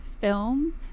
film